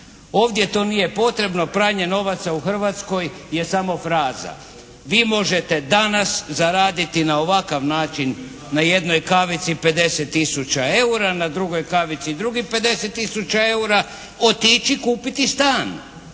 Ovdje to nije potrebno. Pranje novaca u Hrvatskoj je samo fraza. Vi možete danas zaraditi na ovakav način na jednoj kavici 50 tisuća eura, na drugoj kavici drugih 50 tisuća eura, otići kupiti stan